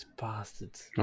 bastards